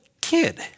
kid